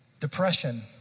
depression